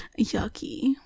Yucky